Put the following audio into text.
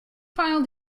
file